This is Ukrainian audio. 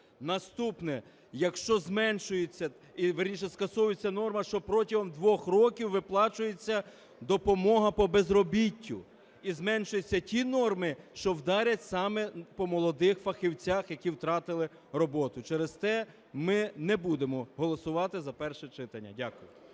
Наступне. Якщо зменшується, вірніше, скасовується норма, що протягом двох років виплачується допомога по безробіттю, і зменшуються ті норми, що вдарять саме по молодих фахівцях, які втратили роботу. Через те ми не будемо голосувати за перше читання. Дякую.